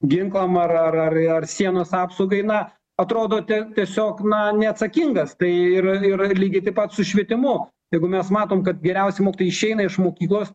ginklam ar ar ar sienos apsaugai na atrodote tiesiog na neatsakingas tai yra yra lygiai taip pat su švietimu jeigu mes matom kad geriausi mokytojai išeina iš mokyklos